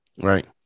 right